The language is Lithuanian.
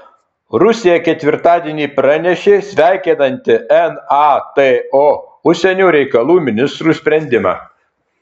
rusija ketvirtadienį pranešė sveikinanti nato užsienio reikalų ministrų sprendimą